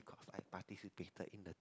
beacuse i participated in the